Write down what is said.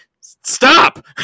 stop